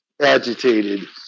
agitated